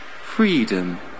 freedom